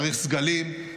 צריך סגלים,